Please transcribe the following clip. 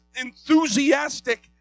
enthusiastic